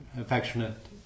affectionate